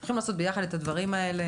אתם יכולים לעשות ביחד את הדברים האלה,